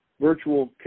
virtual